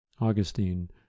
Augustine